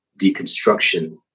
deconstruction